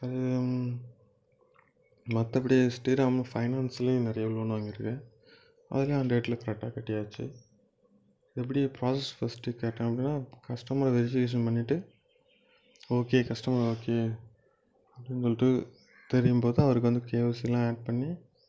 அது மற்றபடி அது ஸ்ரீராம் ஃபைனான்ஸ்லேயும் நிறைய லோன் வாங்கியிருக்கேன் அதெல்லாம் அந்த டேட்டில் கரெக்டாக கட்டியாச்சு எப்படி ப்ராஸஸ் ஃபஸ்ட்டு கேட்டாங்கன்னா கஸ்டமரை வெரிஃபிகேஷன் பண்ணிவிட்டு ஓகே கஸ்டமர் ஓகே அப்படின்னு சொல்லிட்டு தெரியும்போது அவருக்கு வந்து கேஒய்சிலாம் ஆட் பண்ணி